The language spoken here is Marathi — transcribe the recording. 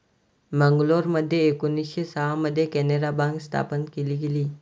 मंगलोरमध्ये एकोणीसशे सहा मध्ये कॅनारा बँक स्थापन केली गेली